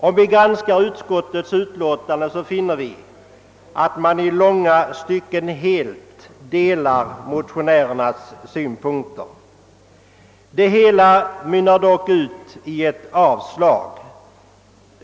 Om vi granskar utskottets utlåtande finner vi att utskottet i långa stycken helt delar motionärernas uppfattning. Det hela mynnar dock ut i ett avstyrkande.